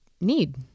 need